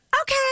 okay